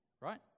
Right